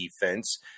defense